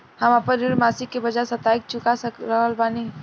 हम आपन ऋण मासिक के बजाय साप्ताहिक चुका रहल बानी